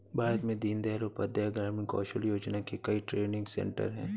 भारत में दीन दयाल उपाध्याय ग्रामीण कौशल योजना के कई ट्रेनिंग सेन्टर है